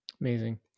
Amazing